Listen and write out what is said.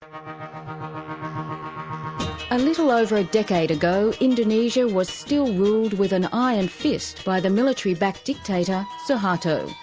um a little over a decade ago, indonesia was still ruled with an iron fist by the military-backed dictator, soeharto.